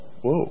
whoa